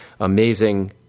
amazing